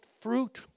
fruit